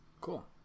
cool